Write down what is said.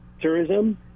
tourism